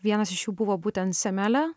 vienas iš jų buvo būtent semelė